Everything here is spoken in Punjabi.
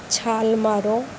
ਛਾਲ ਮਾਰੋ